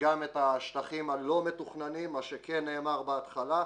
גם את השטחים הלא-מתוכננים, מה שכן נאמר בהתחלה.